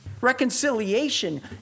Reconciliation